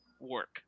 work